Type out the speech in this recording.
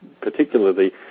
particularly